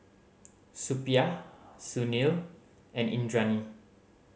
Suppiah Sunil and Indranee